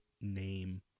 name